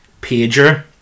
pager